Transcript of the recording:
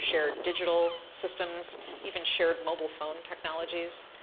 shared digital systems even shared mobile-phone technologies